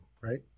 right